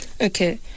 okay